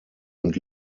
und